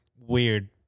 weird